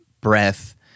breath